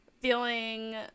feeling